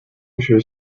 图书